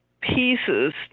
pieces